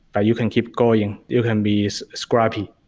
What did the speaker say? ah you can keep going. you can be scrappy.